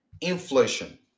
inflation